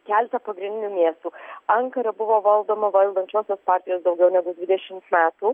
keletą pagrindinių miestų ankara buvo valdoma valdančiosios partijos daugiau negu dvidešimt metų